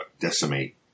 decimate